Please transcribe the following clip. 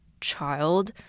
child